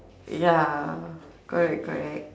ya correct correct